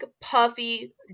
puffy